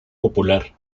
popular